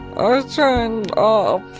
are turned off,